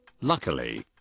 luckily